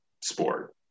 sport